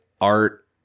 art